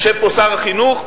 יושב פה שר החינוך,